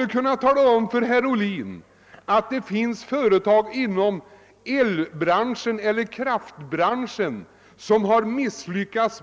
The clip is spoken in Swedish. Jag kan tala om för herr Oblin att det finns företag inom eloch kraftbranschen som har misslyckats